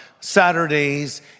Saturdays